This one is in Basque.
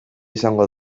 izango